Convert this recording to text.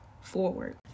forward